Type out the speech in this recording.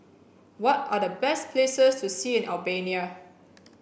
what are the best places to see in Albania